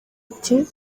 ati